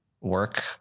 work